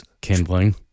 kindling